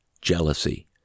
jealousy